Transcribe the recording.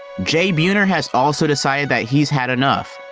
jay buhner has also decided that he's had enough,